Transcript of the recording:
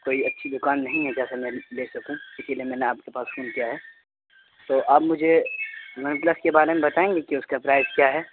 کوئی اچھی دکان نہیں ہے جہاں سے میں لے سکوں اسی لیے میں نے آپ کے پاس فون کیا ہے تو آپ مجھے ون پلس کے بارے میں بتائیں گے کہ اس کا پرائز کیا ہے